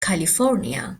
california